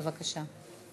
בבקשה.